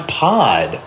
pod